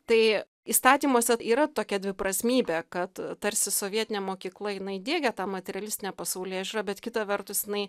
tai įstatymuose yra tokia dviprasmybė kad tarsi sovietinė mokykla jinai diegia tą materialistinę pasaulėžiūrą bet kita vertus jinai